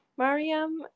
mariam